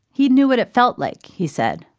he knew what it felt like he said,